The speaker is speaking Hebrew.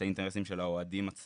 יש גם את האינטרסים של האוהדים עצמם,